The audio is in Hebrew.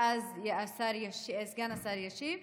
ואז סגן השר ישיב,